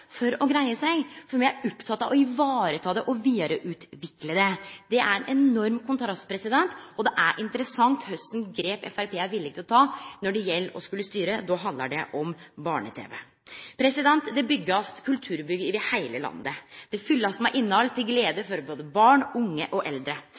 for å greie seg. Me er opptekne av å ta vare på og vidareutvikle det – det er ein enorm kontrast. Det er interessant å sjå kva for grep Framstegspartiet er villig til å ta når det gjeld å skulle styre – då handlar det om barne-TV. Det blir bygt kulturbygg over heile landet, og dei blir fylte med innhald til